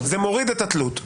זה מוריד את התלות.